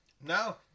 No